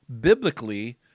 biblically